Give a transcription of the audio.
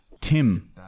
tim